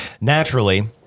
naturally